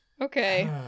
okay